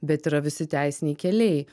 bet yra visi teisiniai keliai